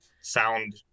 sound